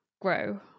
grow